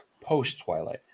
post-Twilight